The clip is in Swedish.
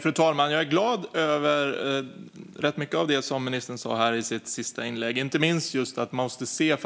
Fru talman! Jag är glad över rätt mycket av det som ministern sa i det senaste inlägget, inte minst att man måste se